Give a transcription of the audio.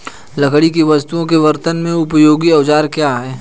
लकड़ी की वस्तु के कर्तन में उपयोगी औजार क्या हैं?